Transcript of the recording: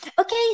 Okay